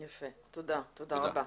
יפה, תודה רבה.